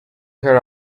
her